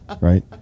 Right